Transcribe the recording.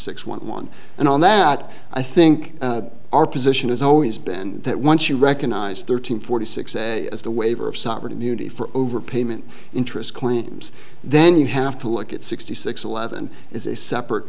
six one one and on that i think our position has always been that once you recognize thirteen forty six as a waiver of sovereign immunity for overpayment interest claims then you have to look at sixty six eleven is a separate